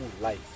life